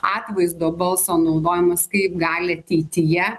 atvaizdo balso naudojimas kaip gali ateityje